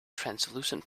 translucent